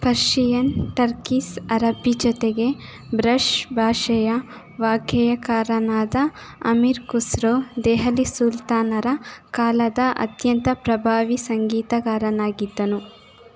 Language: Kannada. ಪರ್ಶಿಯನ್ ಟರ್ಕಿಸ್ ಅರಬ್ಬಿ ಜೊತೆಗೆ ಬ್ರಜ್ ಭಾಷೆಯ ವಾಗ್ಗೇಯಕಾರನಾದ ಅಮೀರ್ ಖುಸ್ರೋ ದೆಹಲಿ ಸುಲ್ತಾನರ ಕಾಲದ ಅತ್ಯಂತ ಪ್ರಭಾವಿ ಸಂಗೀತಗಾರನಾಗಿದ್ದನು